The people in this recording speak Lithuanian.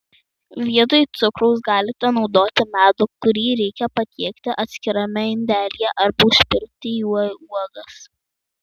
vietoj cukraus galite naudoti medų kurį reikia patiekti atskirame indelyje arba užpilti juo uogas